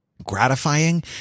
gratifying